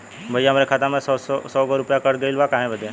भईया हमरे खाता में से सौ गो रूपया कट गईल बा काहे बदे?